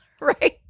right